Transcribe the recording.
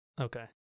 Okay